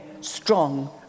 strong